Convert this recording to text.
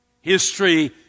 history